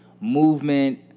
movement